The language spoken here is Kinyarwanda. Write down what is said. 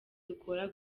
dukora